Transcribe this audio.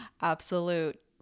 absolute